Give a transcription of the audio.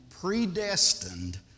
predestined